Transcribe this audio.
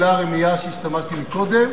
"רמייה" שהשתמשתי בה קודם.